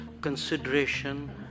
consideration